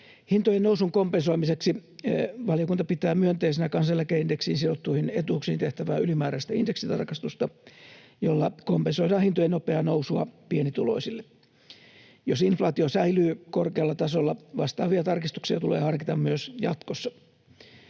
Hintojen nousun kompensoimiseksi valiokunta pitää myönteisenä kansaneläkeindeksiin sidottuihin etuuksiin tehtävää ylimääräistä indeksitarkastusta, jolla kompensoidaan hintojen nopeaa nousua pienituloisille. Jos inflaatio säilyy korkealla tasolla, vastaavia tarkistuksia tulee harkita myös jatkossa.